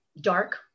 dark